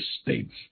states